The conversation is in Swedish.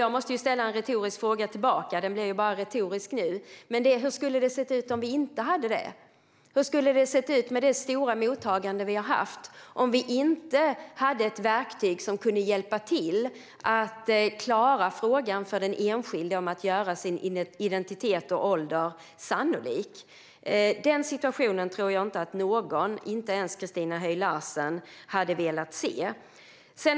Jag måste ställa en fråga tillbaka, även om den bara blir retorisk nu, och den är: Hur skulle det ha sett ut om vi inte hade det? Hur skulle det ha sett ut med det stora mottagande vi har haft om vi inte hade ett verktyg som kunde hjälpa till att klara frågan för den enskilde att göra sin identitet och ålder sannolik? Den situationen tror jag inte att någon, inte ens Christina Höj Larsen, hade velat se.